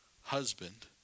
husband